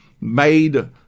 made